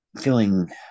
feeling